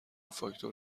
فاکتور